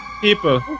people